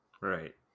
right